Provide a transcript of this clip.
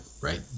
right